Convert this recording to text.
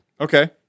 Okay